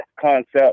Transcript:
concept